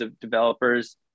developers